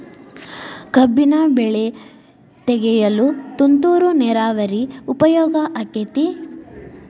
ಕಬ್ಬಿನ ಬೆಳೆ ತೆಗೆಯಲು ತುಂತುರು ನೇರಾವರಿ ಉಪಯೋಗ ಆಕ್ಕೆತ್ತಿ?